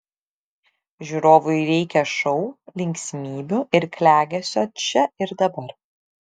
žiūrovui reikia šou linksmybių ir klegesio čia ir dabar